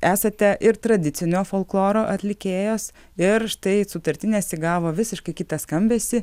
esate ir tradicinio folkloro atlikėjos ir štai sutartinės įgavo visiškai kitą skambesį